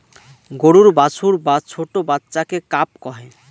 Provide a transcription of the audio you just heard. গরুর বাছুর বা ছোট্ট বাচ্চাকে কাফ কহে